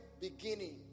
beginning